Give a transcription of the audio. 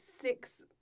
six